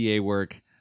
work